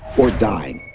or dying.